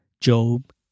Job